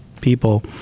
people